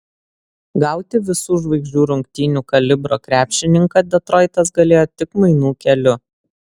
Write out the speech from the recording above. gauti visų žvaigždžių rungtynių kalibro krepšininką detroitas galėjo tik mainų keliu